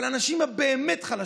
אבל האנשים הבאמת-חלשים,